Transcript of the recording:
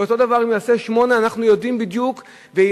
ואותו דבר אם הוא יעשה 8%. אנחנו יודעים בדיוק ועכשיו,